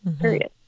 period